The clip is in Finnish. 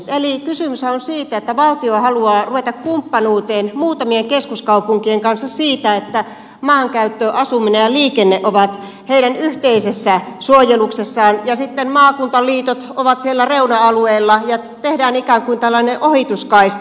eli kysymyshän on siitä että valtio haluaa ruveta kumppanuuteen muutamien keskuskaupunkien kanssa siitä että maankäyttö asuminen ja liikenne ovat heidän yhteisessä suojeluksessaan ja sitten maakuntaliitot ovat siellä reuna alueilla ja tehdään ikään kuin tällainen ohituskaista